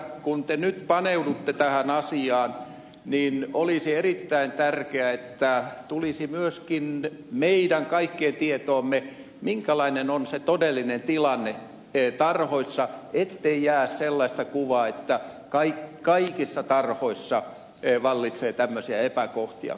kun te nyt paneudutte tähän asiaan niin olisi erittäin tärkeää että tulisi myöskin meidän kaikkien tietoon minkälainen on se todellinen tilanne tarhoissa ettei jää sellaista kuvaa että kaikissa tarhoissa vallitsee tämmöisiä epäkohtia